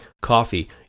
coffee